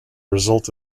result